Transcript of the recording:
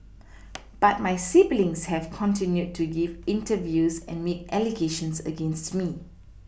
but my siblings have continued to give interviews and make allegations against me